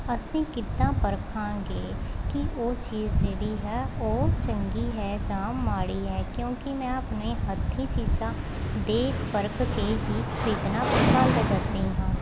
ਅਸੀਂ ਕਿੱਦਾਂ ਪਰਖਾਂਗੇ ਕਿ ਉਹ ਚੀਜ਼ ਜਿਹੜੀ ਹੈ ਉਹ ਚੰਗੀ ਹੈ ਜਾਂ ਮਾੜੀ ਹੈ ਕਿਉਂਕਿ ਮੈਂ ਆਪਣੇ ਹੱਥੀ ਚੀਜ਼ਾਂ ਦੇਖ ਪਰਖ ਕੇ ਹੀ ਖਰੀਦਣਾ ਪਸੰਦ ਕਰਦੀ ਹਾਂ